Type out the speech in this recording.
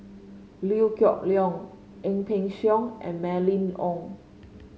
Liew Geok Leong Ang Peng Siong and Mylene Ong